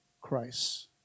Christ